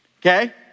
Okay